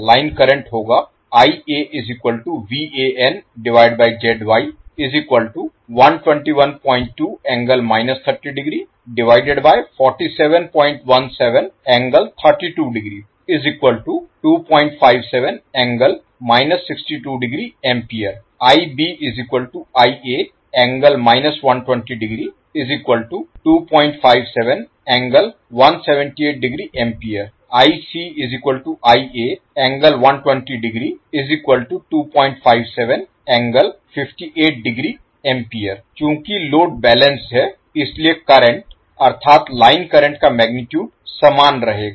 line current होगा चूँकि load balanced है इसलिए करंट अर्थात् लाइन करंट का मैगनीटुड समान रहेगा